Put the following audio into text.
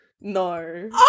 No